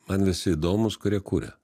man visi įdomūs kurie kuria